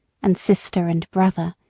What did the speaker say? and sister and brother,